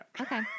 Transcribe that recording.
Okay